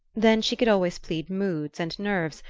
then she could always plead moods and nerves,